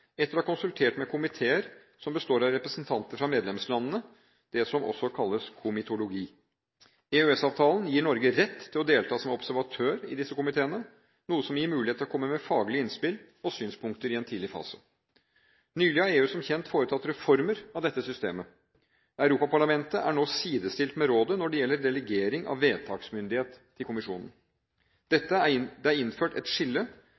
etter å ha konsultert med komiteer som består av representanter fra medlemslandene – det som også kalles komitologi. EØS-avtalen gir Norge rett til å delta som observatør i disse komiteene, noe som gir mulighet til å komme med faglige innspill og synspunkter i en tidlig fase. Nylig har EU som kjent foretatt reformer av dette systemet. Europaparlamentet er nå sidestilt med rådet når det gjelder delegering av vedtaksmyndighet til kommisjonen. Det er innført et skille